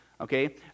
Okay